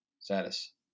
status